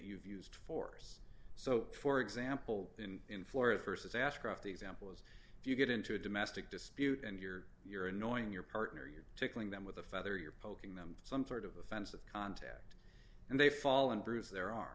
you've used force so for example in florida versus ask the examples if you get into a domestic dispute and you're you're annoying your partner you're tickling them with a feather you're poking them some sort of offensive contact and they fall and bruise there are